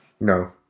No